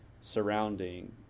surrounding